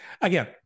again